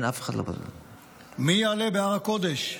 מי יעלה בהר הקודש?